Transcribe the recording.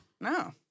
No